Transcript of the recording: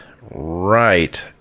right